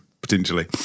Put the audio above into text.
potentially